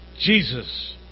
Jesus